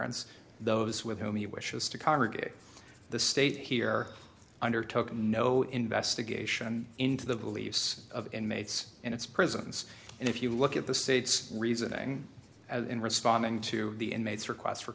and those with whom he wishes to congregate the state here under took no investigation into the beliefs of inmates in its prisons and if you look at the state's reasoning in responding to the inmates request for